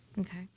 Okay